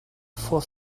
for